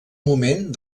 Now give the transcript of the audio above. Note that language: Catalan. moment